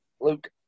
Luke